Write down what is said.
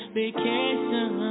vacation